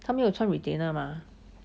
他没有穿 retainer 吗